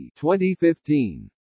2015